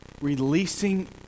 releasing